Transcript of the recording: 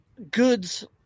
goods